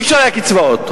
לא היה אפשרי לקבל קצבאות.